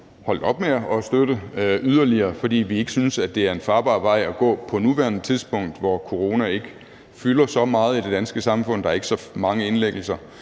holdt op med at støtte yderligere, fordi vi ikke synes, det er en farbar vej at gå på nuværende tidspunkt, hvor corona ikke fylder så meget i det danske samfund; der er ikke så mange indlæggelser,